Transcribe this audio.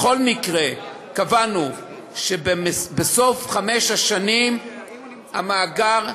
בכל מקרה, קבענו שבסוף חמש השנים המאגר של